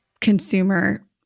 consumer